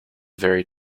very